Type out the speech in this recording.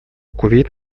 кувейт